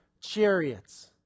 chariots